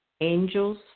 Angels